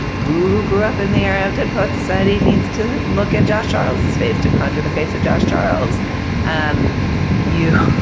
who who grew up in the era of dead poets society needs to look at josh charles's face to condra the face of josh charles um you.